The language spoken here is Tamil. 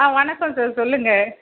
ஆ வணக்கம் சார் சொல்லுங்கள்